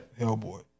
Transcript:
Hellboy